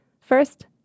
First